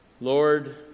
Lord